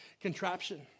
contraption